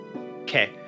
Okay